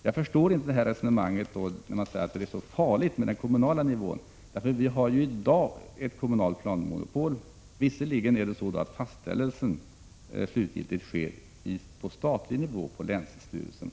Jag förstår därför inte resonemanget om att den kommunala nivån är så farlig. Vi har ju i dag ett kommunalt planmonopol. Visserligen sker fastställelsen slutgiltigt på statlig nivå på länsstyrelsen.